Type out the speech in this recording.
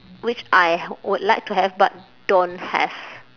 which I would like to have but don't have